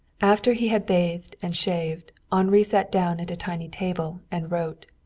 after he had bathed and shaved, henri sat down at a tiny table and wrote.